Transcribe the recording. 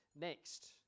next